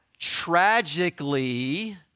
tragically